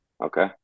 Okay